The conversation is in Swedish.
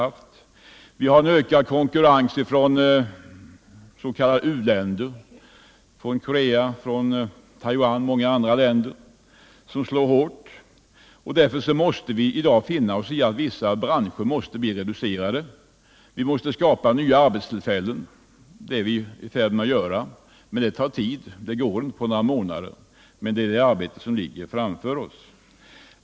Vi är utsatta för en ökad konkurrens från s.k. u-länder — Korea, Taiwan och många andra — som slår hårt. Därför måste vi i dag finna oss i att vissa branscher reduceras. Vi måste skapa nya arbetstillfällen, och det är vi i färd med att göra. Det går dock inte på några månader utan tar tid. Det arbetet ligger framför oss.